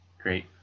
Great